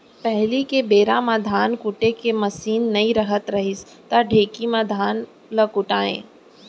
पहिली के बेरा म धान कुटे के मसीन नइ रहत रहिस त ढेंकी म धान ल कूटयँ